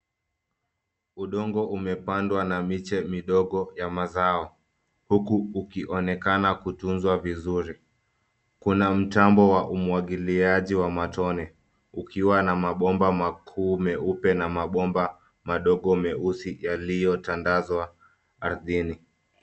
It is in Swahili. Udongo umepandwa na miche midogo ya mazao huku kukionekana kutunzwa vizuri. Kuna mtambo wa umwagiliaji wa matone. Ukiwa na mabomba makuu meupe na mabomba madogo meusi yaliyotandazwa ardhini.